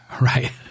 Right